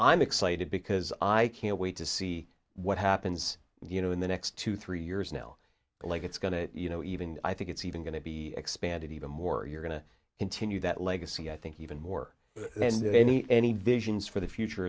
i'm excited because i can't wait to see what happens you know in the next two three years now like it's going to you know even i think it's even going to be expanded even more you're going to continue that legacy i think even more than that any any visions for the future